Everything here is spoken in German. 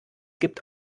gibt